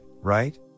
right